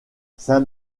saint